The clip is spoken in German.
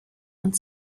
und